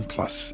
Plus